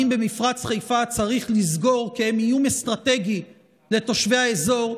במפרץ חיפה צריך לסגור כי הם איום אסטרטגי לתושבי האזור,